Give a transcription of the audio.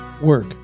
work